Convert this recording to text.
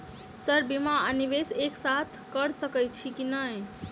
Sir बीमा आ निवेश एक साथ करऽ सकै छी की न ई?